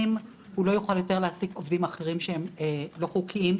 הוא לא יוכל יותר להעסיק עובדים אחרים שהם לא חוקיים,